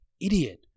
Idiot